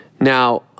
Now